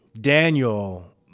Daniel